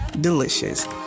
delicious